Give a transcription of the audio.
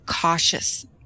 cautious